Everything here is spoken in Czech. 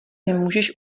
nemůžeš